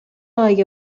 های